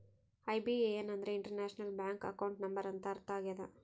IBAN ಅಂದ್ರೆ international bank account number ಅಂತ ಅರ್ಥ ಆಗ್ಯದ